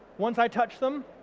once i touch them,